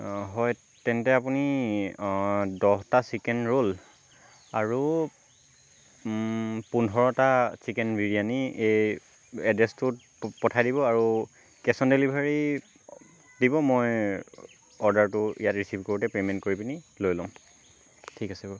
হয় তেন্তে আপুনি দহটা চিকেন ৰোল আৰু পোন্ধৰটা চিকেন বিৰিয়ানি এই এড্ৰেচটোত পঠাই দিব আৰু কেচ অন ডেলিভাৰী দিব মই অৰ্দাৰটো ইয়াত ৰিচিভ কৰোঁতে পেমেণ্ট কৰি পিনি লৈ ল'ম ঠিক আছে বাৰু